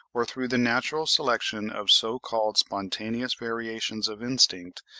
or through the natural selection of so-called spontaneous variations of instinct,